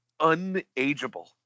unageable